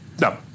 no